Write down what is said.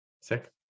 Sick